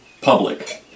public